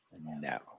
No